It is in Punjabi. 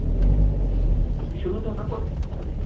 ਹਾਂਜੀ ਅਸੀਂ ਸ਼ੁਰੂ ਤੋਂ ਉਹਨਾਂ ਕੋਲ